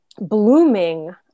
blooming